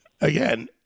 again